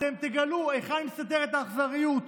אתם תגלו היכן מסתתרת האכזריות.